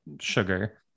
sugar